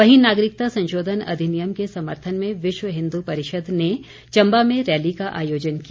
वहीं नागरिकता संशोधन अधिनियम के समर्थन में विश्व हिन्दू परिषद ने चम्बा में रैली का आयोजन किया